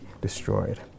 destroyed